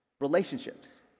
relationships